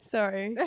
Sorry